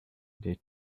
they